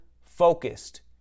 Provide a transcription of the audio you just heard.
focused